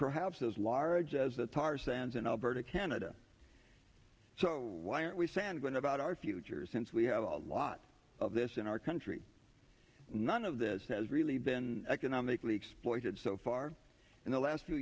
perhaps as large as the tar sands in alberta canada so why aren't we sand going about our future since we have a lot of this in our country none of this has really been economically exploited so far in the last few